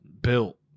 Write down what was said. built